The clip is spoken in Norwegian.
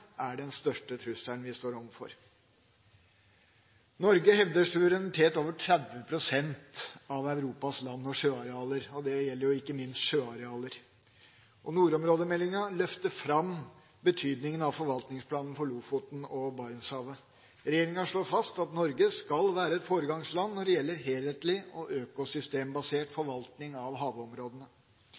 er den største trusselen vi står overfor. Norge hevder suverenitet over 30 pst. av Europas land- og sjøarealer. Det gjelder ikke minst sjøarealer. Nordområdemeldinga løfter fram betydninga av forvaltningsplanen for Lofoten og Barentshavet. Regjeringa slår fast at Norge skal «være et foregangsland når det gjelder helhetlig og økosystembasert forvaltning av havområdene».